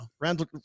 Randall